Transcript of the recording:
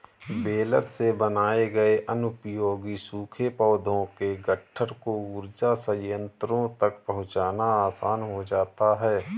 baler से बनाए गए अनुपयोगी सूखे पौधों के गट्ठर को ऊर्जा संयन्त्रों तक पहुँचाना आसान हो जाता है